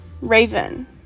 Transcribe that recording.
Raven